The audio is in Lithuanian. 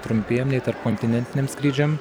trumpiem nei tarpkontinentiniam skrydžiam